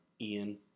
Ian